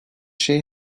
şey